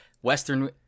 Western